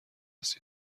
است